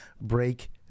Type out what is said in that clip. break